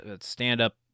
stand-up